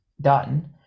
done